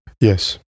yes